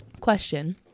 Question